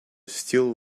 still